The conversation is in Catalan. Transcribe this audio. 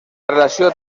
relació